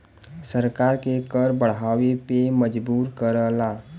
सरकार के कर बढ़ावे पे मजबूर करला